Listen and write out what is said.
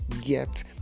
get